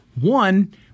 One